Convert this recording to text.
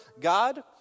God